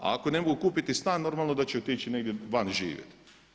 A ako ne mogu kupiti stan normalno da će otići negdje van živjeti.